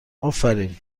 آفرین